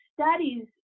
studies